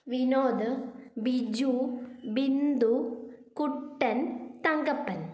Vinod Biju Bindu Kuttan Thankappan